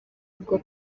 bwo